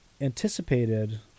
anticipated –